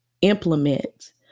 implement